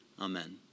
Amen